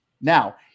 Now